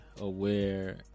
aware